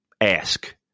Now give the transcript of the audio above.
ask